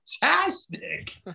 fantastic